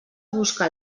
busca